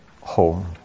home